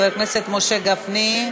חבר הכנסת משה גפני,